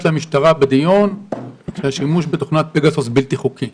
למשטרה בדיון שהשימוש בתוכנת פגסוס בלתי חוקי.